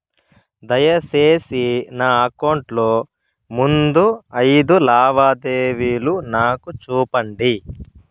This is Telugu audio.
దయసేసి నా అకౌంట్ లో ముందు అయిదు లావాదేవీలు నాకు చూపండి